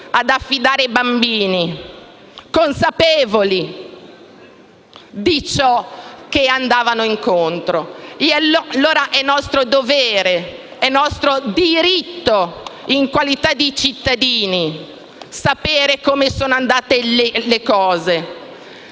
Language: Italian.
essendo ben consapevoli di ciò a cui li mandavano incontro. È allora nostro dovere e nostro diritto, in qualità di cittadini, sapere come sono andate le cose.